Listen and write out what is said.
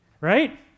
Right